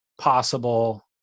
possible